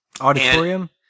Auditorium